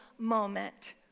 moment